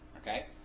Okay